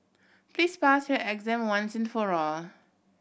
please pass your exam once and for all